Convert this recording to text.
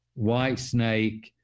Whitesnake